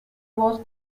voz